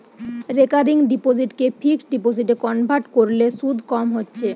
recurring ডিপোসিটকে fixed ডিপোজিটে convert কোরলে শুধ কম হচ্ছে